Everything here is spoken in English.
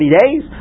days